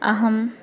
अहम्